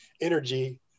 energy